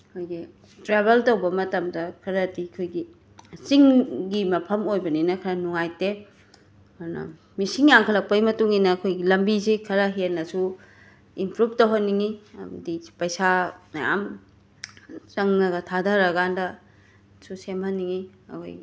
ꯑꯩꯈꯣꯏꯒꯤ ꯇ꯭ꯔꯥꯕꯦꯜ ꯇꯧꯕ ꯃꯇꯝꯗ ꯈꯔꯗꯤ ꯑꯩꯈꯣꯏꯒꯤ ꯆꯤꯡꯒꯤ ꯃꯐꯝ ꯑꯣꯏꯕꯅꯤꯅ ꯈꯔ ꯅꯨꯉꯥꯏꯇꯦ ꯑꯗꯨꯅ ꯃꯤꯁꯤꯡ ꯌꯥꯝꯈꯠꯂꯛꯄꯒꯤ ꯃꯇꯨꯡ ꯏꯟꯅ ꯑꯩꯈꯣꯏꯒꯤ ꯂꯝꯕꯤꯁꯤ ꯈꯔ ꯍꯦꯟꯅꯁꯨ ꯏꯝꯄ꯭ꯔꯨꯐ ꯇꯧꯍꯟꯅꯤꯡꯉꯤ ꯍꯥꯏꯕꯗꯤ ꯄꯩꯁꯥ ꯃꯌꯥꯝ ꯆꯪꯉꯒ ꯊꯥꯊꯔꯀꯥꯟꯗꯁꯨ ꯁꯦꯝꯍꯟꯅꯤꯡꯉꯤ ꯑꯩꯈꯣꯏꯒꯤ